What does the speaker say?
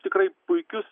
tikrai puikius